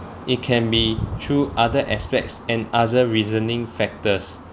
it can be through other aspects and other reasoning factors